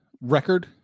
record